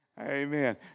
Amen